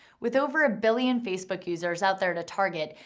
with over a billion facebook users out there to target,